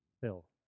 Phil